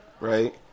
Right